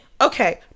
okay